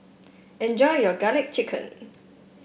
enjoy your garlic chicken